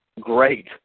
great